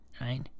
right